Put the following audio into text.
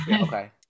Okay